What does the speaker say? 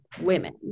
women